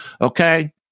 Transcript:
okay